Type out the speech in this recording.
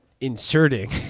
inserting